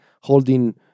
holding